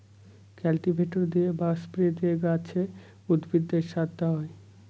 cultivator দিয়ে বা spray দিয়ে গাছে, উদ্ভিদে সার দেওয়া হয়